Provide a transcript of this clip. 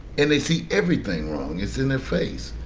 and they see everything wrong. it's in their face.